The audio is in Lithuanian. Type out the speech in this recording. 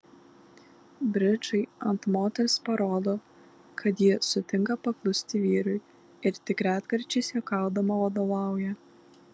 bridžai ant moters parodo kad ji sutinka paklusti vyrui ir tik retkarčiais juokaudama vadovauja